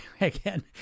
again